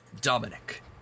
Dominic